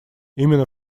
именно